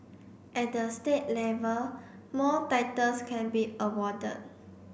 at the state level more titles can be awarded